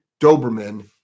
Doberman